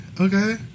okay